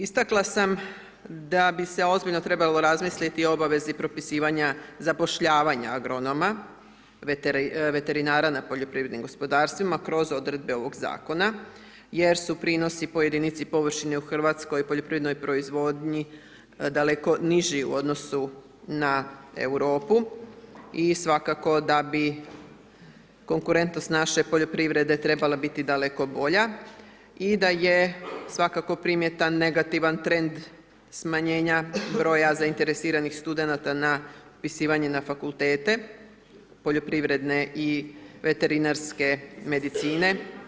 Istakla sam da bi se ozbiljno trebalo razmisliti o obavezi propisivanja zapošljavanja agronoma, veterinara na poljoprivrednim gospodarstvima kroz odredbe ovog Zakona jer su prinosi po jedinici površine u RH u poljoprivrednoj proizvodnji daleko niži u odnosu na Europu i svakako da bi konkurentnost naše poljoprivrede trebala biti daleko bolje i da je svakako primjetan negativan trend smanjenja broja zainteresiranih studenata na upisivanje na Fakultete, poljoprivredne i veterinarske medicine.